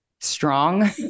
strong